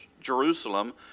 Jerusalem